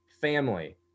Family